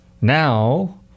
now